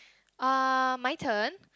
uh my turn